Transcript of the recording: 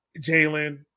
Jalen